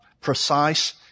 precise